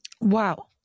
Wow